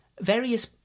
Various